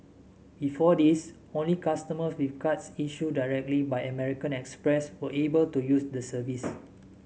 before this only customers with cards issued directly by American Express were able to use the service